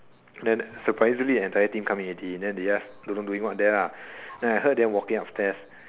then surprisingly the entire team coming already then they just doing don't know what there then I heard them walking upstairs